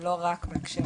לא רק בהקשר